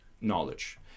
knowledge